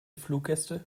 fluggäste